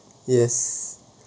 yes